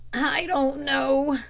i don't know,